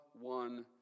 one